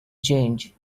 change